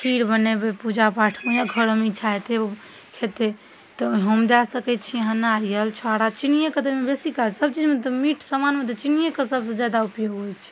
खीर बनेबै पूजापाठमे या घरोमे इच्छा हेतै ओ खेतै तऽ ओहुमे अहाँ दऽ सकै छी नारियल छोहारा चिन्निएके तऽ बेसी काज सबचीजमे तऽ मिठ समानमे तऽ सबसँ ज्यादा चिन्निएके उपयोग होइ छै